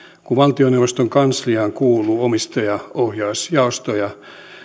kun valtioneuvoston kansliaan kuuluu omistajaohjausjaosto ja